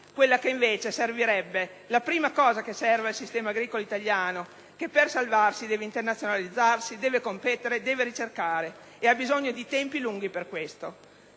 quella che, invece, servirebbe, la prima cosa che serve al sistema agricolo italiano, che per salvarsi deve internazionalizzarsi, deve competere, deve ricercare e ha bisogno di tempi lunghi per questo.